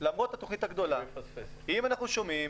למרות התוכנית הגדולה, אם אנחנו שומעים